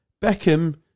Beckham